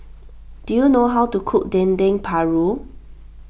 do you know how to cook Dendeng Paru